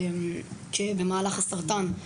במהלך הסרטן,